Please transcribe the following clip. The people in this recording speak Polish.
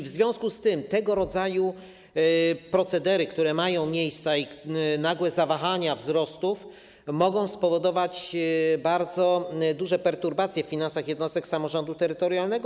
W związku z tym tego rodzaju procedery, które mają miejsce, i nagłe zawahania wzrostów mogą spowodować bardzo duże perturbacje w finansach jednostek samorządu terytorialnego.